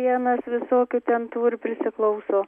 vienas visokių ten tų ir prisiklauso